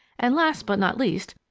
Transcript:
and last but not least,